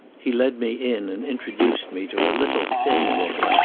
he led me in and introduced me to a little thin woman,